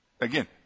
Again